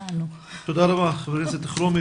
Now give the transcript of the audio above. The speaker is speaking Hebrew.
תודה רבה ח"כ אלחרומי,